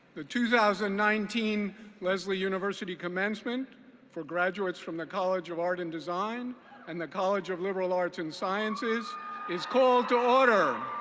the two thousand and nineteen lesley university commencement for graduates from the college of art and design and the college of liberal arts and sciences is called to order.